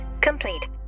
complete